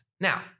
Now